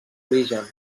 origen